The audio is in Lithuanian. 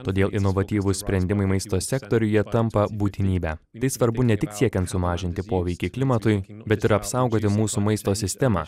todėl inovatyvūs sprendimai maisto sektoriuje tampa būtinybe tai svarbu ne tik siekiant sumažinti poveikį klimatui bet ir apsaugoti mūsų maisto sistemą